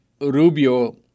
Rubio